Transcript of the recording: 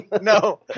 No